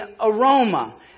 aroma